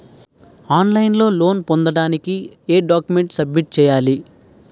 On line లో loan పొందటానికి ఎం డాక్యుమెంట్స్ సబ్మిట్ చేయాలి?